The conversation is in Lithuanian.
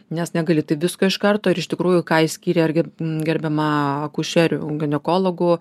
nes negali taip visko iš karto ir iš tikrųjų ką išskyrė irgi gerbiama akušerių ginekologų